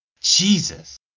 Jesus